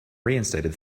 reinstated